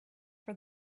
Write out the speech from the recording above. for